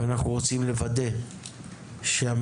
ואנחנו רוצים לוודא שהממשלה,